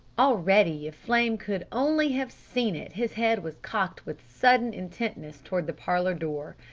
already, if flame could only have seen it, his head was cocked with sudden intentness towards the parlor door.